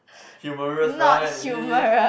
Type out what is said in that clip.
humorous right !ee!